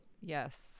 yes